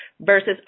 Versus